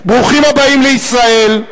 ברוכים הבאים לישראל,